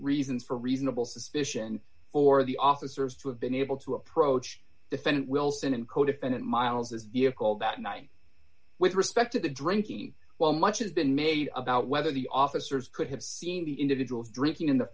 reasons for reasonable suspicion for the officers to have been able to approach defendant wilson and codefendant miles's vehicle that night with respect to the drinking while much has been made about whether the officers could have seen the individuals drinking in the